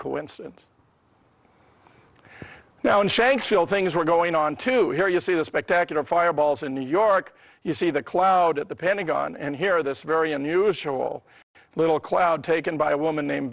coincidence now in shanksville things were going on to here you see the spectacular fireballs in new york you see the cloud at the pentagon and hear this very unusual little cloud taken by a woman named